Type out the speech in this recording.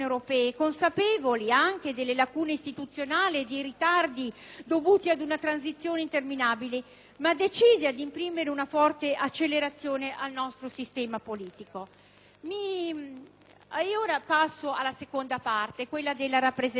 ma decisi ad imprimere una forte accelerazione al nostro sistema politico. Passando ora alla questione della rappresentanza femminile; con la senatrice Leddi abbiamo presentato un emendamento